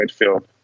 midfield